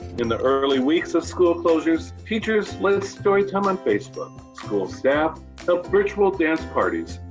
in the early weeks of school closures, teachers led storytime on facebook, school staff held virtual dance parties,